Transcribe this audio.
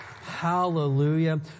Hallelujah